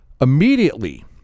Immediately